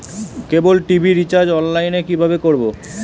কেবল TV recharge online এ কিভাবে করব?